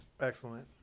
Excellent